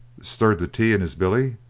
stirred the tea in his billy,